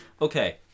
Okay